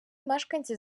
мешканці